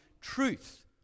truth